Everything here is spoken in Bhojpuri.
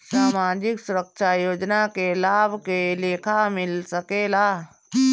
सामाजिक सुरक्षा योजना के लाभ के लेखा मिल सके ला?